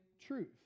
truth